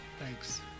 Thanks